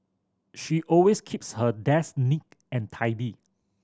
she always keeps her desk neat and tidy